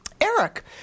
Eric